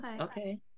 okay